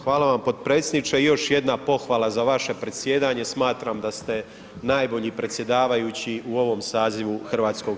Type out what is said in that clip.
Hvala vam, hvala vam potpredsjedniče i još jedna pohvala za vaše predsjedanje, smatram da ste najbolji predsjedavajući u ovom sazivu HS.